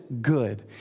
good